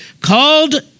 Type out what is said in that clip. called